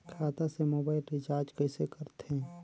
खाता से mobile recharge कइसे करथे